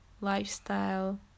lifestyle